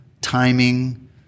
timing